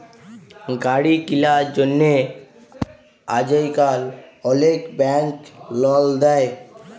গাড়ি কিলার জ্যনহে আইজকাল অলেক ব্যাংক লল দেই